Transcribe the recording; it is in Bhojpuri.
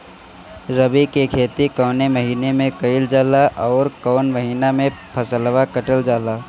रबी की खेती कौने महिने में कइल जाला अउर कौन् महीना में फसलवा कटल जाला?